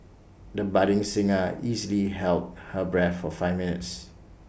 the budding singer easily held her breath for five minutes